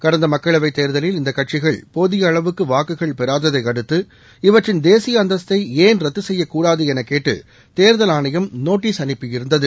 கடந்த மக்களவைத் தேர்தலில் இந்தக் கட்சிகள் போதிய அளவுக்கு வாக்குகள் பெறாததையடுத்து இவற்றின் தேசிய அந்தஸ்தை ஏன் ரத்து செய்யக் கூடாது என கேட்டு தேர்தல் ஆணையம் நோட்டீஸ் அனுப்பியிருந்தது